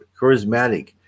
charismatic